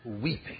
weeping